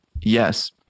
yes